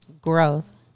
Growth